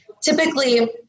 typically